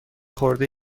خورده